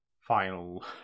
final